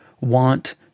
want